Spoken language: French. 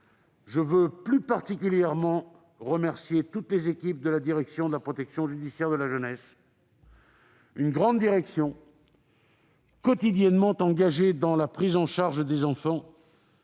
Je veux plus particulièrement remercier toutes les équipes de la direction de la protection judiciaire de la jeunesse. C'est une grande direction, quotidiennement engagée dans la prise en charge des enfants,